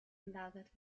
gelagert